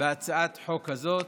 בהצעת החוק הזאת.